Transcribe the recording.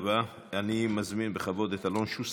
אני מזמין בכבוד את חבר הכנסת אלון שוסטר,